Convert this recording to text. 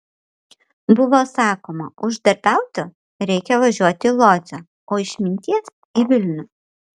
buvo sakoma uždarbiauti reikia važiuoti į lodzę o išminties į vilnių